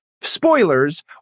spoilers